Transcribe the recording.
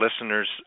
listeners